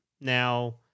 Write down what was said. Now